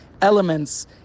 elements